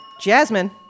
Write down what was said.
Jasmine